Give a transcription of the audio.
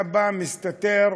אתה מסתתר